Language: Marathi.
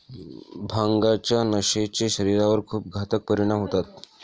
भांगाच्या नशेचे शरीरावर खूप घातक परिणाम होतात